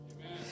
amen